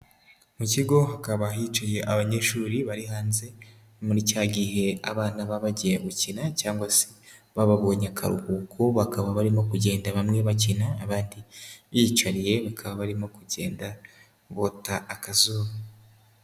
Mu kigo hakaba hicaye abanyeshuri bari hanze, muri cya gihe abana baba bagiye gukina cyangwa se baba babonye akaruhuko, bakaba barimo kugenda bamwe bakina abandi biyicariye, bakaba barimo kugenda bota akazuba.